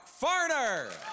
Farner